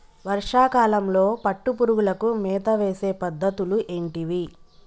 వర్షా కాలంలో పట్టు పురుగులకు మేత వేసే పద్ధతులు ఏంటివి?